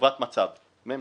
חברת מ.צ.ב.